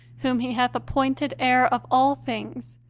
whom he hath appointed heir of all things,